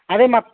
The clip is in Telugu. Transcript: అదే మాకు